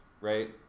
right